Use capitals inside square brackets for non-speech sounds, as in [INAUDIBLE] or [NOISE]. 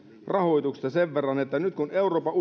rahoituksesta sen verran että nyt kun euroopan [UNINTELLIGIBLE]